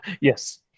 Yes